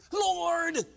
Lord